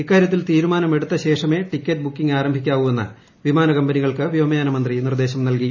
ഇക്കാര്യത്തിൽ ്ത്രീരുമാനമെടുത്ത ശേഷമേ ടിക്കറ്റ് ബുക്കിംഗ് ആരംഭിക്കാവു എന്ന് വീമാന കമ്പനികൾക്ക് വ്യോമയാന മന്ത്രി നിർദ്ദേശം നൽകി